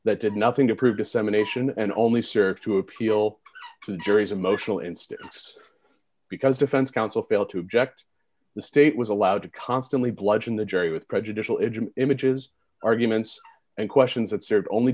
that did nothing to prove dissemination and only serve to appeal the jury's emotional instance because defense counsel failed to object the state was allowed to constantly bludgeon the jury with prejudicial engine images arguments and questions that serve only